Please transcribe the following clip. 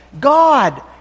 god